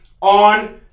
on